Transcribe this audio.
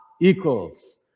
equals